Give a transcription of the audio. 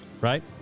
right